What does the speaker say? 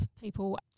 People